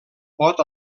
pot